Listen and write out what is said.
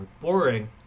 boring